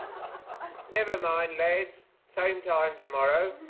um never mind lads, same time tomorrow.